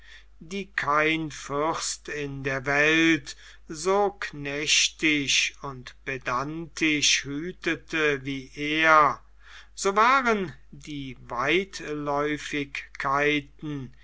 die kein fürst der welt so knechtisch und pedantisch hütete wie er so waren die